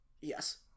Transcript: Yes